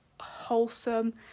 wholesome